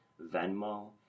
Venmo